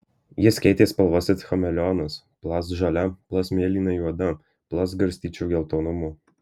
jis keitė spalvas it chameleonas plast žalia plast mėlynai juoda plast garstyčių geltonumo